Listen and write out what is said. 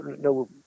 no